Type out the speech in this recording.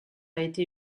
été